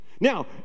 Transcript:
Now